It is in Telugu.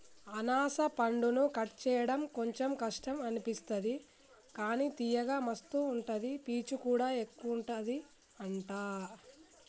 అనాస పండును కట్ చేయడం కొంచెం కష్టం అనిపిస్తది కానీ తియ్యగా మస్తు ఉంటది పీచు కూడా ఎక్కువుంటది అంట